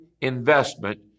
investment